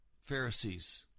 Pharisees